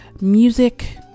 music